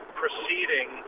proceeding